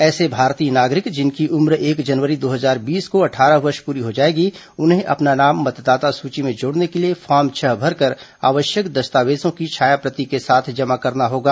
ऐसे भारतीय नागरिक जिनकी उम्र एक जनवरी दो हजार बीस को अट्ठारह वर्ष पूरी हो जाएगी उन्हें अपना नाम मतदाता सूची में जोड़ने के लिए फॉर्म छह भरकर आवश्यक दस्तावेजों की छायाप्रति के साथ जमा करना होगा